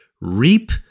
reap